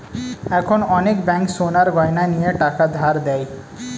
এখন অনেক ব্যাঙ্ক সোনার গয়না নিয়ে টাকা ধার দেয়